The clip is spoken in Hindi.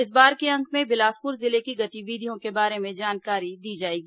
इस बार के अंक में बिलासपुर जिले की गतिविधियों के बारे में जानकारी दी जाएगी